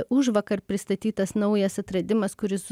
užvakar pristatytas naujas atradimas kuris